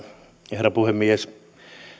herra puhemies